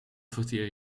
verteer